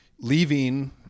leaving